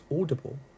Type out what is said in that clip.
Audible